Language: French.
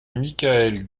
michael